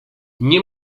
nie